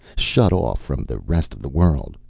shut off from the rest of the world,